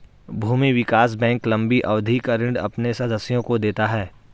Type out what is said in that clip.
भूमि विकास बैंक लम्बी अवधि का ऋण अपने सदस्यों को देता है